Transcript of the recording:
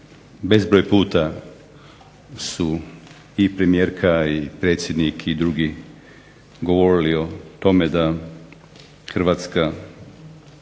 bezbroj puta su i premijerka i predsjednik i drugi govorili o tome da Hrvatska